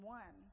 one